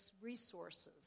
resources